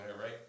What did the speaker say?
right